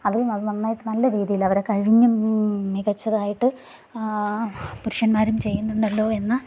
അവർ അത് നന്നായിട്ട് നല്ല രീതിയിൽ അവരെ കഴിഞ്ഞും മികച്ചതായിട്ട് പുരുഷന്മാരും ചെയ്യുന്നുണ്ടല്ലോ എന്ന്